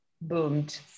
boomed